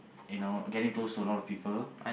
you know getting close to a lot of people